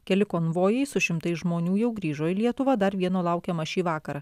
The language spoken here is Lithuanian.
keli konvojai su šimtais žmonių jau grįžo į lietuvą dar vieno laukiama šį vakarą